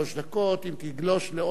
אם תגלוש לעוד חצי דקה,